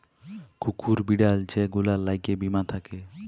কুকুর, বিড়াল যে গুলার ল্যাগে বীমা থ্যাকে